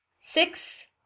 Six